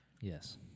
yes